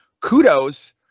kudos